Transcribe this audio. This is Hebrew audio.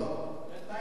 בינתיים,